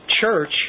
church